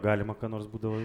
galima ką nors būdavo